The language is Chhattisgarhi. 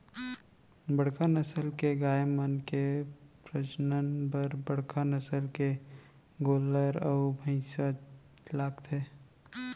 बड़का नसल के गाय मन के प्रजनन बर बड़का नसल के गोल्लर अउ भईंसा लागथे